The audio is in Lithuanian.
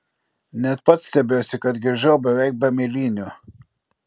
net pats stebiuosi kad grįžau beveik be mėlynių